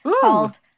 called